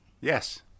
Yes